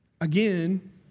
Again